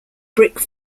brick